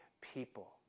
people